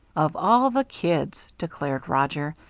of all the kids, declared roger,